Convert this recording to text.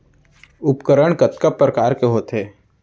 उपकरण कतका प्रकार के होथे?